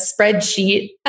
spreadsheet